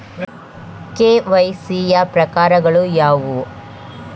KYC ಯ ಪ್ರಕಾರಗಳು ಯಾವುವು?